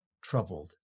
troubled